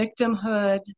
victimhood